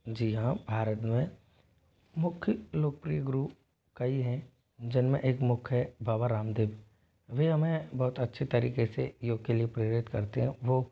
जी हाँ भारत में मुख्य लोकप्रिय गुरु कई हैं जिनमें एक मुख्य है बाबा रामदेव वे हमें बहुत अच्छे तरीके से योग के लिए प्रेरित करते हैं वो